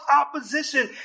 opposition